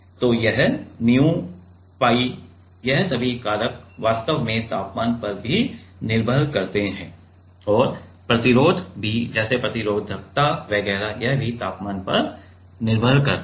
तो यह nu pi यह सभी कारक वास्तव में तापमान पर भी निर्भर करता है और प्रतिरोध भी जैसे प्रतिरोधकता वगैरह यह भी तापमान पर निर्भर करता है